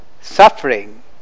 suffering